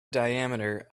diameter